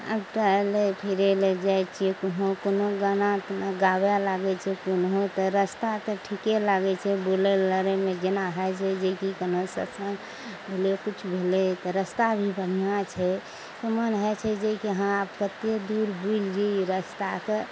आब तऽ फिरय लए जाइ छियै कखनो कोनो गाना अपना गाबय लागय छै कोनहो तऽ रस्ता तऽ ठीके लागय छै बोलय लड़यमे जेना हइ छै जेकि केना सत्सङ्ग भेलय किछु भेलय तऽ रस्ता भी बढ़िआँ छै मोन होइ छै जेकि हँ आब कते दूर बुलि जइए रस्ताके